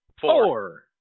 Four